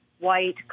white